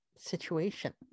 situation